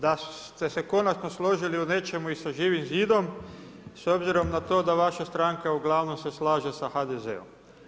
Da ste se konačno složiti u nečemu i sa Živim zidom s obzirom na to da vaša stranka uglavnom se slaže sa HDZ-om.